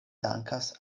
dankas